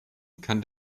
kann